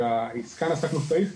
שהעיסקה נעשתה כמו שצריך,